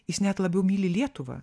jis net labiau myli lietuvą